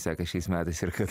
sekas šiais metais ir kad